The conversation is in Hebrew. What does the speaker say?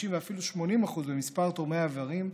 50% ואפילו 80% במספר תורמי האיברים,